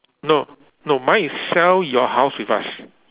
no no mine is sell your house with us